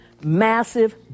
massive